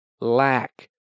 lack